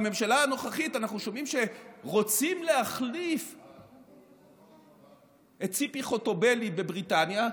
בממשלה הנוכחית אנחנו שומעים שרוצים להחליף את ציפי חוטובלי בבריטניה,